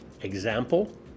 Example